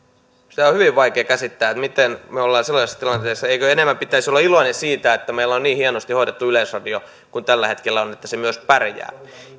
sitä on hyvin vaikea käsittää miten me olemme sellaisessa tilanteessa eikö enemmän pitäisi olla iloinen siitä että meillä on niin hienosti hoidettu yleisradio kuin tällä hetkellä on että se myös pärjää